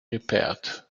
repaired